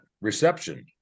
reception